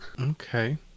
Okay